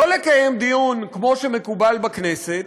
לא לקיים דיון כמו שמקובל בכנסת,